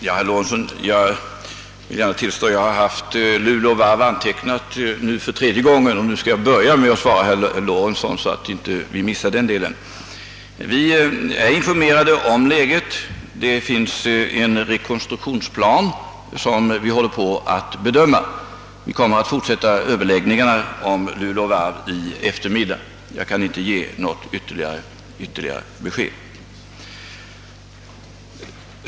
Herr talman! Jag vill gärna tillstå att jag nu för tredje gången antecknat Luleå Varv, och denna gång skall jag börja mitt anförande med att svara herr Lorentzon, så att jag inte missar det ännu en gång. Vi är informerade om läget. Det finns en rekonstruktionsplan som vi håller på att bedöma. Vi kommer att fortsätta överläggningarna om Luleå Varv i eftermiddag. Jag kan inte ge något ytterligare besked.